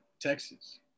Texas